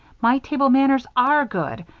my table manners are good.